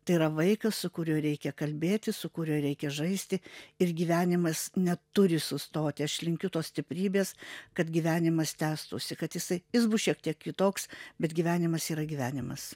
tai yra vaikas su kuriuo reikia kalbėtis su kuriuo reikia žaisti ir gyvenimas neturi sustoti aš linkiu tos stiprybės kad gyvenimas tęstųsi kad jisai jis bus šiek tiek kitoks bet gyvenimas yra gyvenimas